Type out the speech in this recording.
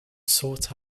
sought